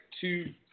two